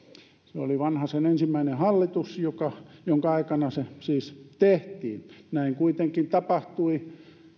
se oli vanhasen ensimmäinen hallitus jonka aikana se siis tehtiin näin kuitenkin tapahtui